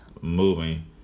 moving